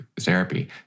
therapy